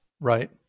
Right